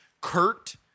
Kurt